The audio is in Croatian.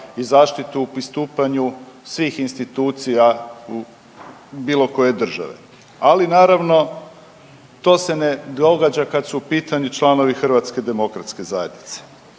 i zaštitu u pristupanju svih institucija u bilo koje države. Ali, naravno, to se ne događa kad su u pitanju članovi HDZ-a. Kraj prošle godine,